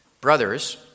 Brothers